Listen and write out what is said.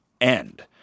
end